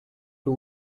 two